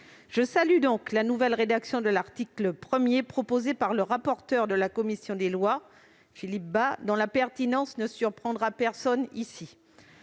Je salue donc la rédaction de l'article 1 telle que l'a proposée le rapporteur de la commission des lois, Philippe Bas, dont la pertinence ne surprendra personne, ici.